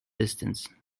distance